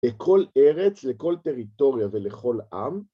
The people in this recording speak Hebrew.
לכל ארץ, לכל טריטוריה ולכל עם.